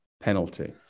penalty